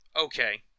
Okay